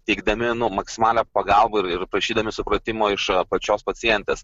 teikdami nu maksimalią pagalbą ir ir prašydami supratimo iš pačios pacientas